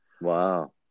Wow